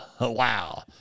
Wow